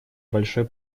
большой